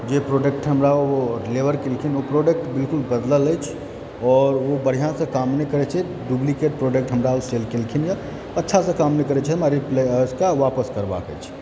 जे प्रोडक्ट हमरा ओ डिलेवर केलखिन ओ प्रोडक्ट बिलकुल बदलल अछि आओर ओ बढ़िआँसँ काम नहि करैत छै डुप्लीकेट प्रोडक्ट हमरा ओ सेल केलखिन यऽ अच्छासँ काम नहि करैत छै हमरा रिप्लेस कऽ आपस करबाक छै